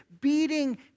beating